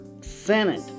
Senate